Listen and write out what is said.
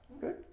Good